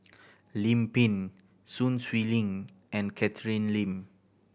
Lim Pin Sun Xueling and Catherine Lim